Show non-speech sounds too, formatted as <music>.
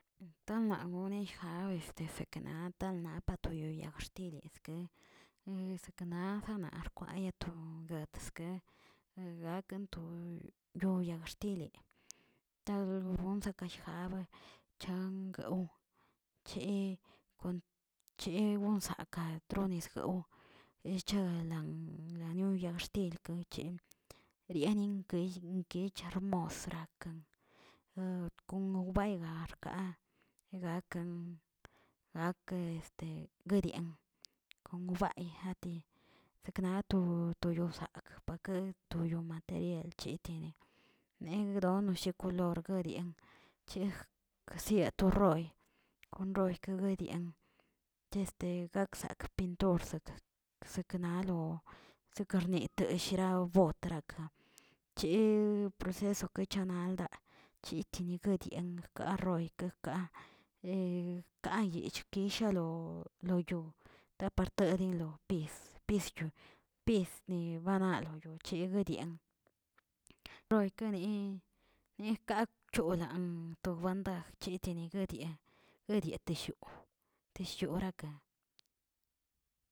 Tanla goneja este sekenata nata toyoya xtilizie ekseknaꞌ arkwayatu gatxske gakan to yu yag xtili, talabobun zakaijabe chang guew che- che gonzakaꞌ tronisguew echeguelan laniu yag xtil kuche rianin kull inkechermosraken kon lawbaygar kaꞌa gakan gake este gudian kon wbaayijati sekna to- to yobzakꞌ pake toyo material cheteni negdon washikolor gudian, chej ksia to roy, kon roy kuguidian chese kaꞌksak pintur sek sekenalo, sekernoto shirawbot, chi proceso kechanal chitini gudiankə arroykekaꞌa <hesitation> kaꞌyichki shalo- lo yo tapartadinlo yis pizchhuo, pisni, bana ayochegꞌ guedian roykeniꞌi nii kapcholan to bangdad chitini guidia- gudia tishuu tushuuyarakə.